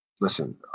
Listen